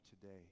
today